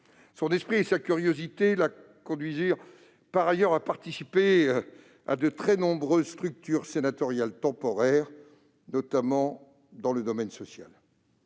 Sa curiosité d'esprit la conduisit par ailleurs à participer à de très nombreuses structures sénatoriales temporaires, essentiellement dans le domaine social.